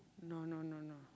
no no no no